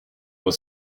will